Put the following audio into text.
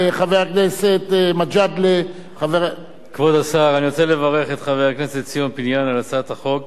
את חבר הכנסת ציון פיניאן על הצעת חוק